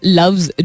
loves